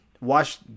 watch